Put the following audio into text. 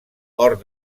hort